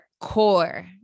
core